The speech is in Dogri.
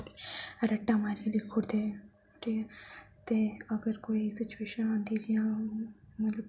रट्टा मारिये लिखी उड़दे ते ते अगर कोई सिचुएशन आंदी जियां मतलब